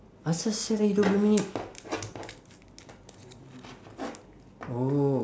asal sia lagi dua puluh minit